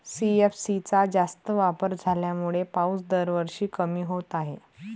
CFC चा जास्त वापर झाल्यामुळे पाऊस दरवर्षी कमी होत आहे